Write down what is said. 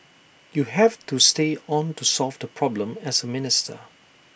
you have to stay on to solve the problem as A minister